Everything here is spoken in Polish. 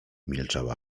milczała